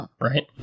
Right